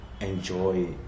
enjoy